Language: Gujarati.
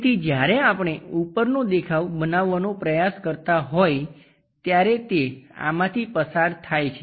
તેથી જ્યારે આપણે ઉપરનો દેખાવ બનાવવાનો પ્રયાસ કરતાં હોય ત્યારે તે આમાંથી પસાર થાય છે